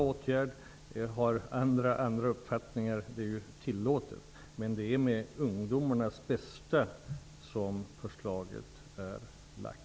Om andra människor har andra uppfattningar är det tillåtet. Men det är med ungdomarnas bästa för ögonen som förslaget är framlagt.